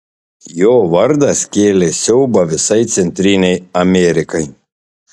jo vardas kėlė siaubą visai centrinei amerikai